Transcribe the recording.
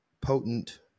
potent